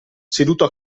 seduto